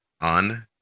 On